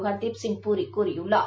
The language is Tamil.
ஹர்தீப்சிங் பூரி கூறியுள்ளார்